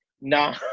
No